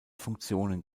funktionen